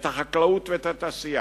את החקלאות ואת התעשייה,